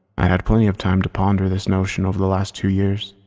i'd had plenty of time to ponder this notion over the last two years,